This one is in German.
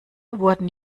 wurden